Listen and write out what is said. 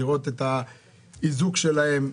לראות את האיזוק שלהם.